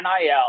NIL